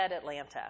Atlanta